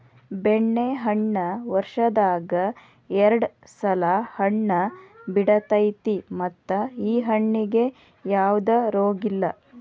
ಬೆಣ್ಣೆಹಣ್ಣ ವರ್ಷದಾಗ ಎರ್ಡ್ ಸಲಾ ಹಣ್ಣ ಬಿಡತೈತಿ ಮತ್ತ ಈ ಹಣ್ಣಿಗೆ ಯಾವ್ದ ರೋಗಿಲ್ಲ